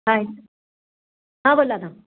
हाय हां बोला ना